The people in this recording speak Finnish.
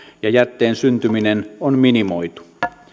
ja jätteen syntyminen on minimoitu